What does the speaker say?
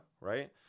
right